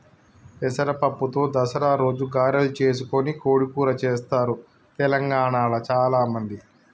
పెసర పప్పుతో దసరా రోజు గారెలు చేసుకొని కోడి కూర చెస్తారు తెలంగాణాల చాల మంది